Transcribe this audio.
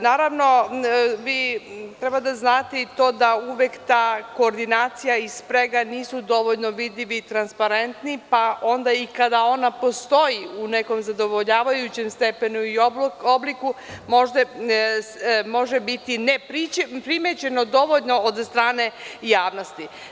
Naravno, vi treba da znate i to da uvek ta koordinacija i sprega nisu dovoljno vidljivi i transparenti, pa onda i kada ona postoji u nekom zadovoljavajućem stepenu i obliku može biti neprimećeno dovoljno od strane javnosti.